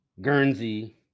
guernsey